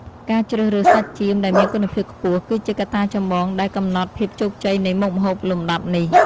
ការជ្រើសរើសសាច់ចៀមដែលមានគុណភាពខ្ពស់គឺជាកត្តាចម្បងដែលកំណត់ភាពជោគជ័យនៃមុខម្ហូបលំដាប់នេះ។